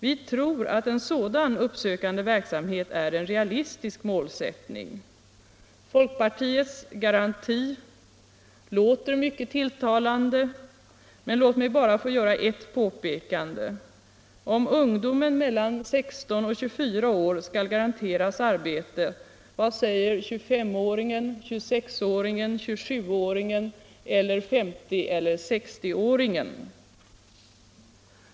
Vi tror att en sådan uppsökande verksamhet är en realistisk målsättning. Folkpartiets garanti låter mycket tilltalande, men låt mig bara få göra ett påpekande: Om ungdomen mellan 16 och 24 år skall garanteras arbete, vad säger 2S-åringen, 26-åringen, 27-åringen eller 50 och 60-åringen?